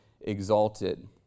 exalted